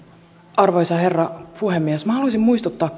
arvoisa herra puhemies minä haluaisin muistuttaa